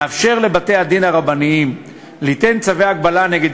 מאפשר לבתי-הדין הרבניים ליתן צווי הגבלה נגד